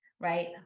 right